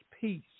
peace